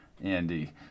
Andy